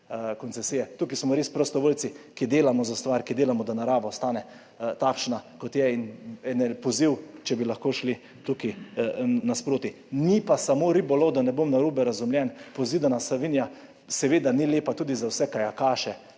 koncesije. Tukaj smo res prostovoljci, ki delamo za stvar, ki delamo, da narava ostane takšna, kot je. En poziv, če bi lahko šli tukaj naproti. Ni pa samo ribolov, da ne bom narobe razumljen, pozidana Savinja seveda ni lepa tudi za vse kajakaše,